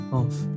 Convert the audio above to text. off